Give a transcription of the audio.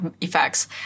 effects